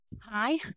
Hi